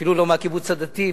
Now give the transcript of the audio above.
אפילו לא מהקיבוץ הדתי,